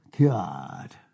God